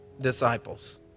disciples